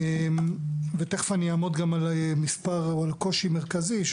תכף אעמוד גם על קושי מרכזי,